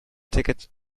ticket